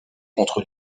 contre